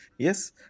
Yes